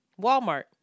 Walmart